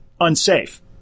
unsafe